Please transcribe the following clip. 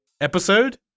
episode